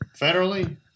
federally